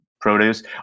produce